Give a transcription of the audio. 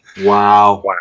Wow